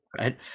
Right